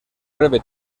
breve